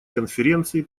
конференции